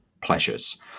pleasures